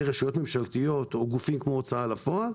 רשויות ממשלתיות או גופים כמו הוצאה לפועל.